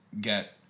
get